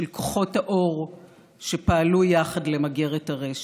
של כוחות האור שפעלו יחד למגר את הרשע.